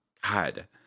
God